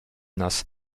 nas